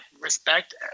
respect